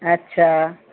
अच्छा